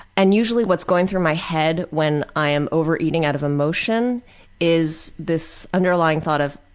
and usually what's going through my head when i'm overeating out of emotion is this underlying thought of,